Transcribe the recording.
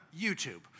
YouTube